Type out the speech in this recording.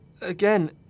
Again